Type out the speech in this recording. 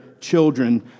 children